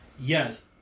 Yes